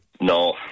No